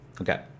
Okay